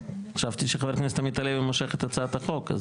חשבתי שחבר הכנסת עמית הלוי מושך את הצעת החוק.